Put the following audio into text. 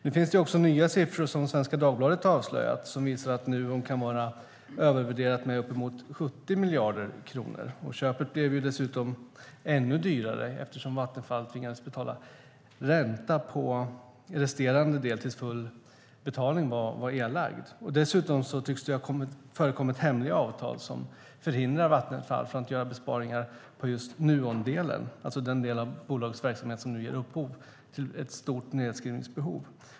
Nu finns det också nya siffror som Svenska Dagbladet har avslöjat som visar att Nuon kan vara övervärderat med uppemot 70 miljarder kronor. Köpet blev dessutom ännu dyrare eftersom Vattenfall tvingades betala ränta på resterande del till dess att full betalning var erlagd. Dessutom tycks det har förekommit hemliga avtal som förhindrar Vattenfall från att göra besparingar på just Nuondelen, det vill säga den del av bolagets verksamhet som nu ger upphov till ett stort nedskrivningsbehov.